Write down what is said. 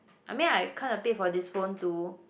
I mean I kind of paid for this phone too